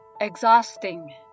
Exhausting